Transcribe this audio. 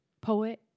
poet